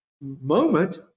moment